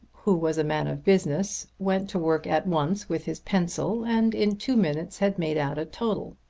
who was a man of business, went to work at once with his pencil and in two minutes had made out a total.